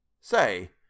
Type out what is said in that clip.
Say